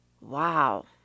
Wow